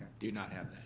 do not have that.